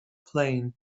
plane